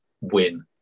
win